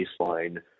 baseline